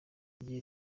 igihe